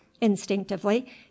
instinctively